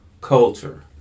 culture